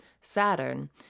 Saturn